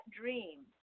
dream